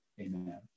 amen